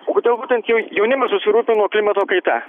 o kodėl būtent jau jaunimas susirūpino klimato kaita